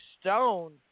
Stone